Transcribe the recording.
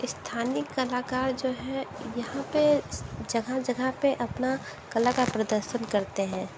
स्थानिक कलाकार जो है यहाँ पे जगह जगह पे अपना कला का प्रदर्शन करते हैं